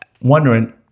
wondering